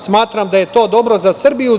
Smatram da je to dobro za Srbiju.